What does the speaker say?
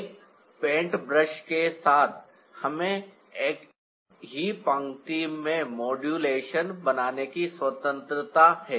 एक paint brush के साथ हमें एक ही पंक्ति में मॉड्यूलेशन बनाने की स्वतंत्रता है